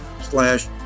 slash